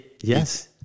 yes